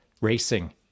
racing